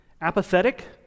apathetic